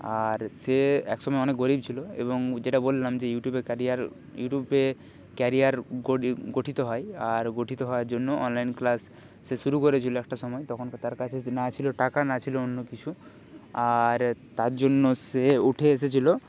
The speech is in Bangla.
আর সে একসময় অনেক গরিব ছিল এবং যেটা বললাম যে ইউটিউবে ক্যারিয়ার ইউটিউবে ক্যারিয়ার গঠিত হয় আর গঠিত হওয়ার জন্য অনলাইন ক্লাস সে শুরু করেছিল একটা সময়ে তখন তার কাছে না ছিল টাকা না ছিল অন্য কিছু আর তার জন্য সে উঠে এসেছিল